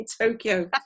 Tokyo